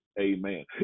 amen